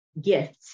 gift